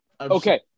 Okay